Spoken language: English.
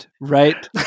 right